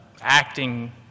acting